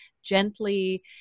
gently